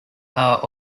are